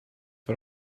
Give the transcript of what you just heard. for